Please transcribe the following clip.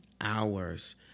hours